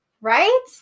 Right